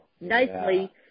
nicely